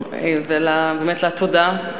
ובאמת לתודה.